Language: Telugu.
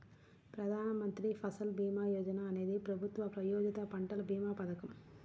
ప్రధాన్ మంత్రి ఫసల్ భీమా యోజన అనేది ప్రభుత్వ ప్రాయోజిత పంటల భీమా పథకం